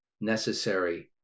necessary